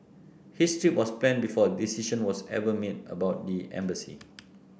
his trip was planned before a decision was ever made about the embassy